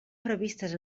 previstes